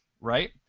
right